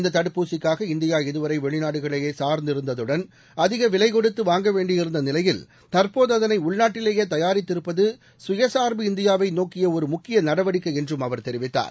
இந்த தடுப்பூசிக்காக இந்தியா இதுவரை வெளிநாடுகளையே சார்ந்திருந்ததுடன் அதிக விலை கொடுத்து வாங்க வேண்டியிருந்த நிலையில் தற்போது அதனை உள்நாட்டிலேயே தயாரித்திருப்பது சுயசார்பு இந்தியாவை நோக்கிய ஒரு முக்கிய நடவடிக்கை என்றும் அவர் தெரிவித்தார்